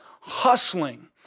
hustling